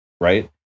Right